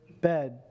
bed